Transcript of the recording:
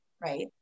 right